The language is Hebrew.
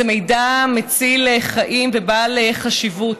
זה מידע מציל חיים ובעל חשיבות.